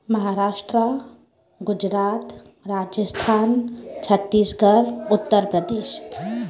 Maharashtra Gujarat Rajasthan Chhattisgarh Uttar Pradesh